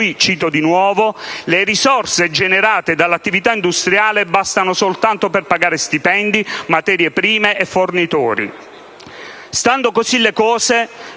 cito di nuovo - che «le risorse generate dall'attività industriale bastano soltanto per pagare stipendi, materie prime e fornitori». Stando così le cose,